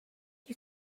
you